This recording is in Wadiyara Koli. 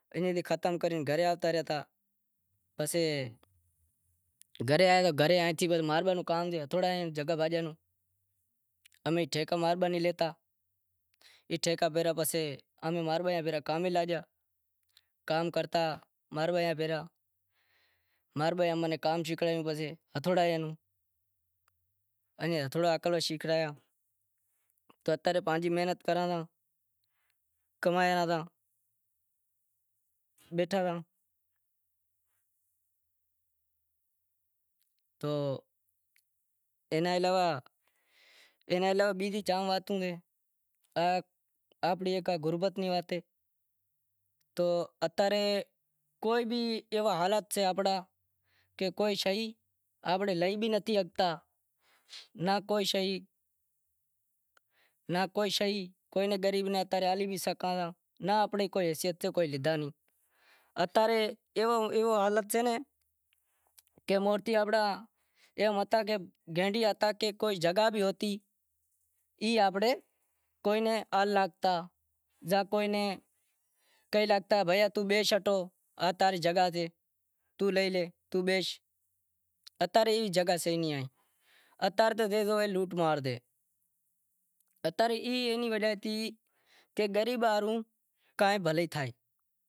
ایئں ختم کرے گھرے آوتا ریا، پسے کام میں لاڈیا کام کرتا ماں رے بھائی کام شیکڑایو، اتا رے پانجی محنت کراں ساں کمائیساں بیٹھا ساں تو اینا علاوہ بیزوں جام واتوں ریوں، آنپڑی غربت روں واتوں، اتا رے ایوا بھی حالات سے کہ کوئی بھی شے آپیں لئی بھی نتھی شگتا کو شے تو غریب لئی بھی شگاں تا، اتا رے ایوو حالت سے کہ کوئی جگا بھی ہوتی زاں کوئی نے کہے ناکھتا توں بیش اتا رے ای جگا سے ئی نئیں۔